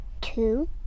Two